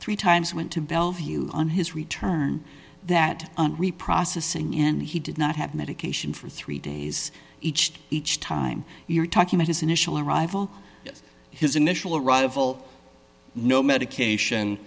three times went to bellevue on his return that reprocessing and he did not have medication for three days each each time you're talking about his initial arrival his initial arrival no medication